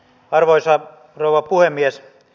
arvoisa rouva puhemies